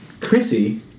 Chrissy